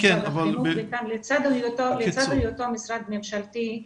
בעיקר לצד היותו משרד ממשלתי,